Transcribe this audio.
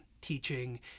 teaching